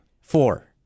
Four